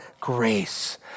grace